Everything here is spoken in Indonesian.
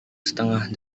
setengah